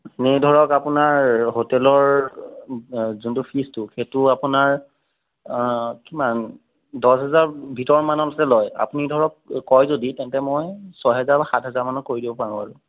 এনেই ধৰক আপোনাৰ হোটেলৰ যোনটো ফীছটো সেইটো আপোনাৰ কিমান দচহাজাৰ ভিতৰ মানতে লয় আপুনি ধৰক কয় যদি তেন্তে মই ছহেজাৰ বা সাতহেজাৰ মানত কৰি দিব পাৰোঁ আৰু